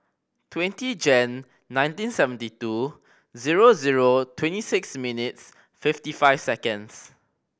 twenty Jan nineteen seventy two zero zero twenty six minutes fifty five seconds